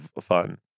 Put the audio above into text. fun